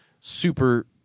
super